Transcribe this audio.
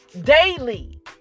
daily